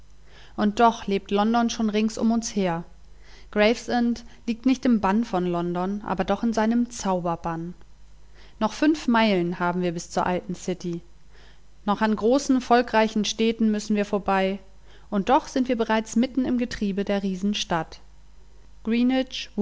und doch lebt london schon rings um uns her gravesend liegt nicht im bann von london aber doch in seinem zauberbann noch fünf meilen haben wir bis zur alten city noch an großen volkreichen städten müssen wir vorbei und doch sind wir bereits mitten im getriebe der